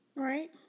Right